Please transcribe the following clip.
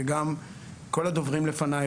וגם כל הדוברים לפניי,